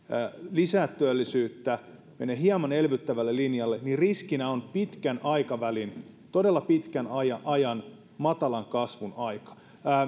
lisää työllisyyttä mene hieman elvyttävälle linjalle niin riskinä on pitkän aikavälin todella pitkän ajan ajan matalan kasvun aika